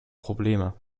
probleme